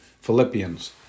Philippians